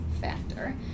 factor